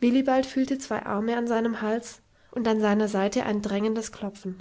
willibald fühlte zwei arme an seinem hals und an seiner seite ein drängendes klopfen